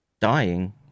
dying